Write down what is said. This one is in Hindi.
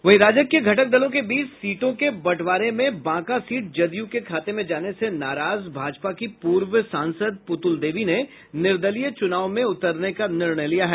वहीं राजग के घटक दलों के बीच सीटों के बंटवारे में बांका सीट जदयू के खाते में जाने से नाराज भाजपा की पूर्व सांसद पुतुल देवी ने निर्दलीय चुनाव में उतरने का निर्णय लिया है